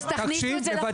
אז תכניסו את זה לחוק.